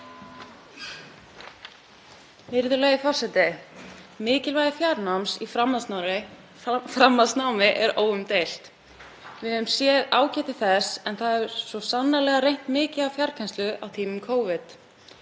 Virðulegur forseti. Mikilvægi fjarnáms í framhaldsnámi er óumdeilt. Við höfum séð ágæti þess en það hefur svo sannarlega reynt mikið á fjarkennslu á tímum Covid.